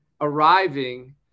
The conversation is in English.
arriving